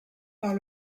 par